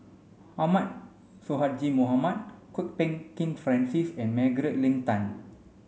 Ahmad Sonhadji Mohamad Kwok Peng Kin Francis and Margaret Leng Tan